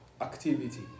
activity